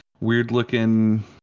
weird-looking